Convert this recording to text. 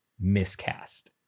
miscast